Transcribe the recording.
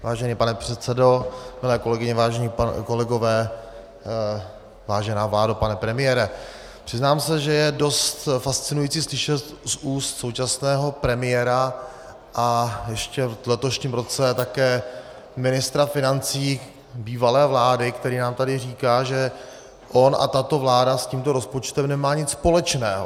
Vážený pane předsedo, milé kolegyně, vážení kolegové, vážená vládo, pane premiére, přiznám se, že je dost fascinující slyšet z úst současného premiéra a ještě v letošním roce také ministra financí bývalé vlády, který nám tady říká, že on a tato vláda s tímto rozpočtem nemají nic společného.